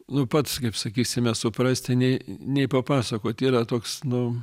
nu pats kaip sakysime suprasti nei nei papasakot yra toks nu